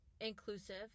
inclusive